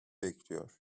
bekliyor